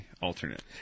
alternate